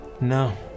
no